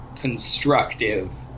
constructive